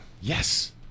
Yes